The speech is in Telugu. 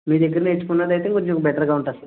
మీ దగ్గర నేర్చుకున్నది అయితే కొంచెం బెటర్గా ఉంటుంది సార్